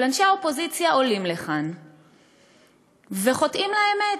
אבל אנשי האופוזיציה עולים לכאן וחוטאים לאמת,